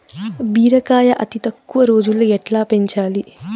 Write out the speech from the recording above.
బీరకాయ అతి తక్కువ రోజుల్లో ఎట్లా పెంచాలి?